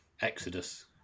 exodus